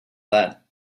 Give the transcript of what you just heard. that